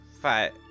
five